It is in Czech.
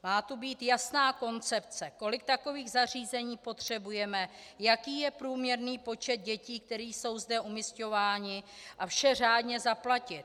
Má tu být jasná koncepce, kolik takových zařízení potřebujeme, jaký je průměrný počet dětí, které jsou zde umisťovány, a vše řádně zaplatit.